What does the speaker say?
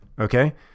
Okay